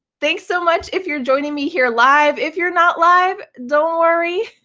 thanks so much if you're joining me here live. if you're not live, don't worry.